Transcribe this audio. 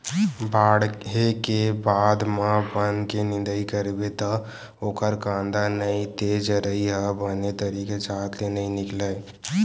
बाड़हे के बाद म बन के निंदई करबे त ओखर कांदा नइ ते जरई ह बने तरी के जात ले नइ निकलय